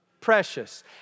precious